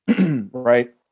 right